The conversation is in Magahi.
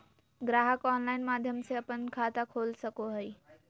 ग्राहक ऑनलाइन माध्यम से अपन खाता खोल सको हइ